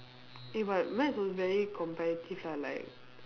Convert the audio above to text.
eh but maths was very competitive lah like